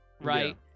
right